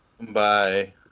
Bye